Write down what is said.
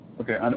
Okay